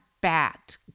bat